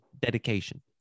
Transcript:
dedication